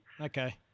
Okay